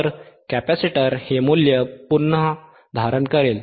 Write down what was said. तर कॅपेसिटर हे मूल्य पुन्हा धारण करेल